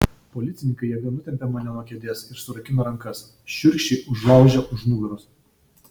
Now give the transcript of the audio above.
policininkai jėga nutempė mane nuo kėdės ir surakino rankas šiurkščiai užlaužę už nugaros